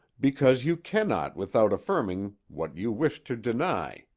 because you cannot without affirming what you wish to deny,